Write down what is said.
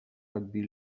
rugby